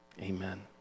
Amen